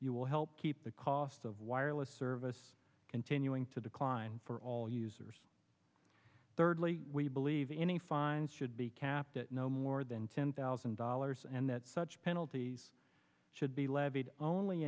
will help keep the cost of wireless service continuing to decline for all users thirdly we believe any fines should be kept at no more than ten thousand dollars and that such penalties should be